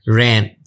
rent